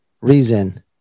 reason